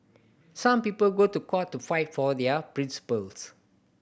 some people go to court to fight for their principles